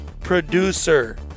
producer